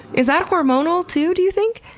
is that hormonal too, do you think?